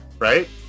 Right